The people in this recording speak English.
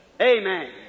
Amen